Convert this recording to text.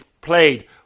played